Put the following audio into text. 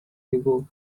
ago